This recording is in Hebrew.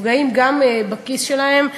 גם בכיס שלהם,